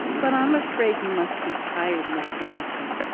but i'm afraid you must be tired, miss summerson,